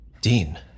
Dean